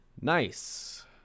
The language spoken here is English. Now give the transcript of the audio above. Nice